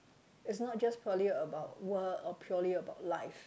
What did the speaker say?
it's not just purely about work or purely about life